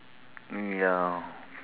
ya